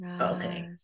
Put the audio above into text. okay